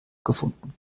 gefunden